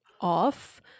off